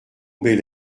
bel